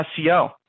SEO